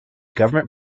government